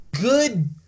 good